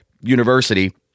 university